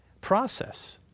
process